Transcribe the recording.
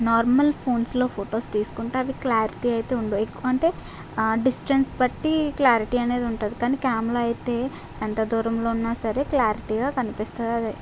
normal ఫోన్స్లో photos తీసుకుంటే అవి క్లారిటీ అయితే ఉండవు క్లారిటీ అనేది ఉంటుంది కానీ క్యామ్లో అయితే ఎంత దూరంలో ఉన్నా సరే క్లారిటీగా కనిపిస్తుంది అది